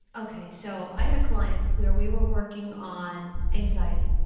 okay, so, i had a client where we were working on anxiety.